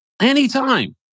Anytime